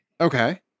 Okay